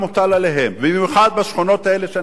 במיוחד בשכונות האלה שאני מדבר עליהן.